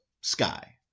sky